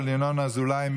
של ינון אזולאי.